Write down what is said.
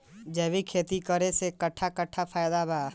जैविक खेती करे से कट्ठा कट्ठा फायदा बा?